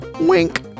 Wink